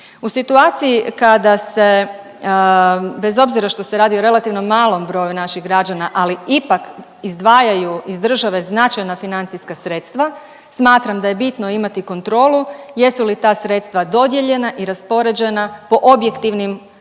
U situaciji kada se, bez obzira što se radi o relativno malom broju naših građana, ali ipak izdvajaju iz države značajna financijska sredstva smatram da je bitno imati kontrolu jesu li ta sredstva dodijeljena i raspoređena po objektivnim kriterijima